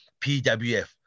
PWF